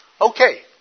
Okay